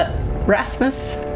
Rasmus